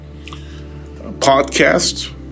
podcast